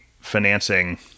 financing